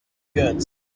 goods